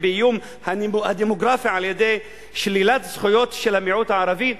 באיום הדמוגרפי על-ידי שלילת זכויות של המיעוט הערבי,